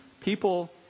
People